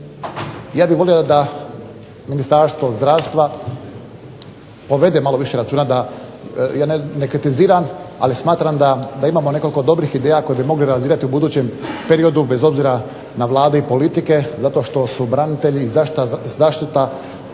Ja bih volio da Ministarstvo zdravstva povede malo više računa da, ja ne kritiziram, ali smatram da imamo nekoliko dobrih ideja koje bi mogli realizirati u budućem periodu bez obzira na vlade i politike zato što su branitelji zaštitna